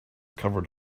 covered